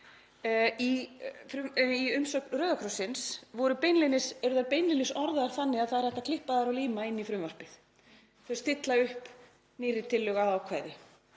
Í umsögn Rauða krossins eru þær beinlínis orðaðar þannig að hægt er að klippa þær og líma inn í frumvarpið. Þau stilla upp nýrri tillögu að ákvæði.